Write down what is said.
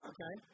Okay